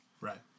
Right